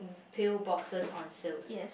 pill boxes on shelf